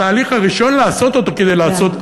התהליך הראשון שיש לעשות אותו כדי להשיג את,